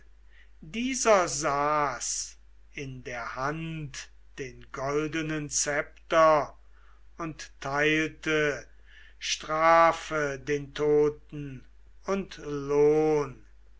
dieser saß in der hand den goldenen zepter und teilte strafe den toten und lohn